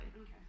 Okay